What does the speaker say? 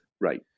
Right